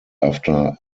after